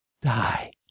Die